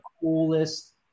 coolest